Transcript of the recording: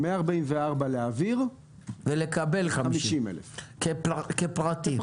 144 להעביר ולקבל 50. כפרטי.